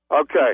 Okay